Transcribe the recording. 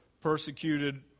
persecuted